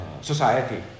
society